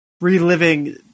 reliving